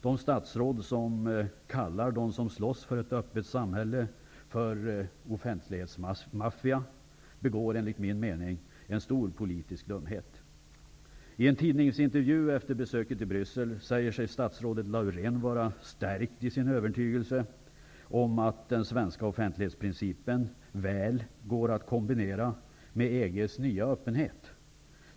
De statsråd som kallar dem som slåss för ett öppet samhälle för offentlighetsmaffian begår enligt min mening en stor politisk dumhet. I en tidningsintervju efter besöket i Bryssel säger sig statsrådet Laurén vara stärkt i sin övertygelse om att den svenska offentlighetsprincipen väl går att kombinera med EG:s nya öppenhet.